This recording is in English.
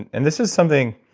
and this is something,